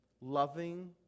loving